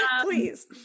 Please